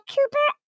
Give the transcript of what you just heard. Cooper